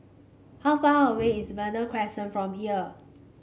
how far away is Verde Crescent from here